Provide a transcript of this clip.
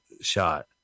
shot